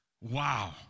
Wow